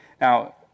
Now